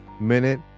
Minute